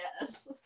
yes